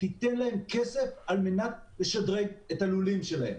תיתן להם כסף על מנת לשדרג את הלולים שלהם.